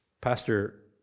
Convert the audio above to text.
Pastor